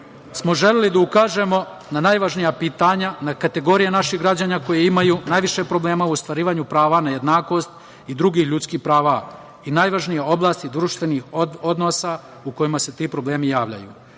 smo želeli da ukažemo na najvažnija pitanja na kategorije naših građana koji imaju najviše problema u ostvarivanju prava na jednakost i drugih ljudskih prava iz najvažnije oblasti društvenih odnosa u kojima se ti problemi javljaju.U